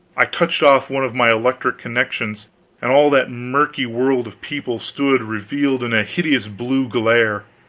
i touched off one of my electric connections and all that murky world of people stood revealed in a hideous blue glare!